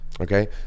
Okay